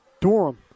Durham